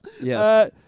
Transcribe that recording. Yes